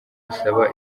busaba